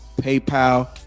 paypal